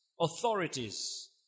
authorities